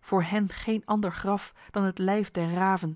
voor hen geen ander graf dan het lijf der